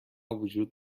وجود